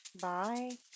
Bye